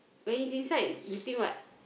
when he's inside you think what